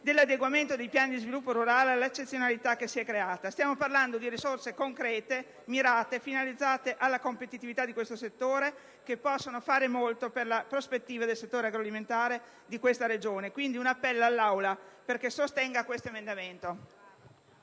dell'adeguamento dei piani di sviluppo rurale all'eccezionalità che si è creata. Stiamo parlando di risorse concrete, mirate alla competitività del settore, che possono fare molto per la prospettiva del settore agroalimentare della Regione. Rivolgo, dunque, un appello all'Assemblea affinché sostenga l'emendamento